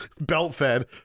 Belt-fed